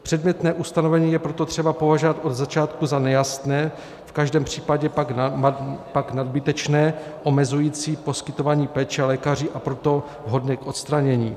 Předmětné ustanovení je proto třeba považovat od začátku za nejasné, v každém případě pak nadbytečné, omezující poskytování péče lékaři, a proto vhodné k odstranění.